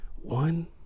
One